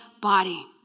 body